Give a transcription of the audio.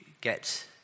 get